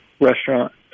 restaurant